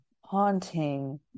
haunting